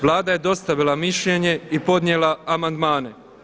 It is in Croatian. Vlada je dostavila mišljenje i podnijela amandmane.